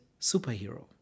superhero